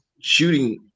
shooting